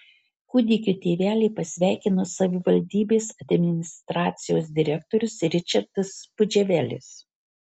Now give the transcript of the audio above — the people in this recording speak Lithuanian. kūdikio tėvelį pasveikino savivaldybės administracijos direktorius ričardas pudževelis